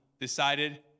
decided